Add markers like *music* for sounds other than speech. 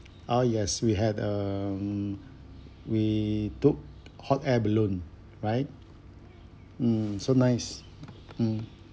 *breath* oh yes we had um we took hot air balloon right mm so nice mm